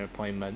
appointment